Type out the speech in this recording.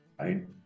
Right